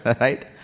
right